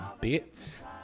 bits